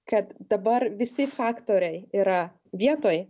kad dabar visi faktoriai yra vietoj